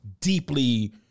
deeply